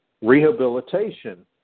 rehabilitation